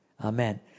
Amen